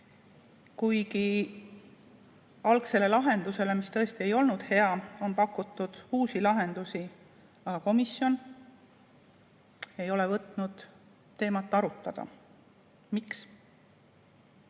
kuigi algsele lahendusele, mis tõesti ei olnud hea, on pakutud asemele uusi, aga komisjon ei ole võtnud teemat arutada. Miks?